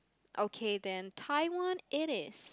okay then Taiwan it is